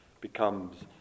becomes